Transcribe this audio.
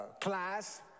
class